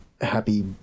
happy